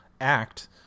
act